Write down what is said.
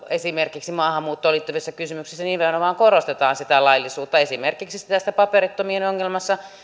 esimerkiksi maahanmuuttoon liittyvissä kysymyksissä nimenomaan korostamme sitä laillisuutta esimerkiksi tässä paperittomien ongelmassa